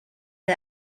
del